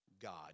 God